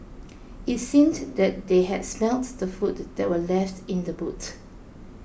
it seemed that they had smelt the food that were left in the boot